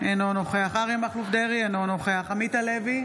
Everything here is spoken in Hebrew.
אינו נוכח אריה מכלוף דרעי, אינו נוכח עמית הלוי,